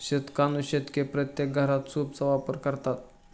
शतकानुशतके प्रत्येक घरात सूपचा वापर करतात